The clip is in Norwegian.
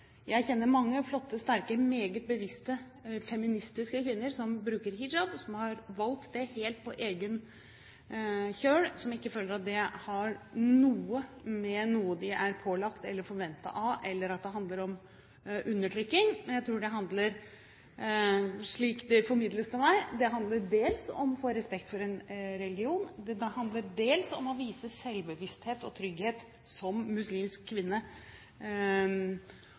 Jeg kjenner mange flotte, sterke, meget bevisste, feministiske kvinner som bruker hijab, som har valgt det helt på egen kjøl, og som ikke føler at det har noe med noe de er pålagt eller som er forventet av dem å gjøre, eller at det handler om undertrykking. Slik det formidles til meg, handler det dels om å få respekt for en religion, det handler dels om å vise selvbevissthet og trygghet som muslimsk kvinne,